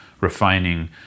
refining